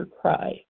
cry